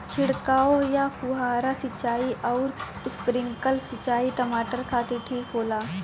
छिड़काव या फुहारा सिंचाई आउर स्प्रिंकलर सिंचाई टमाटर खातिर ठीक होला?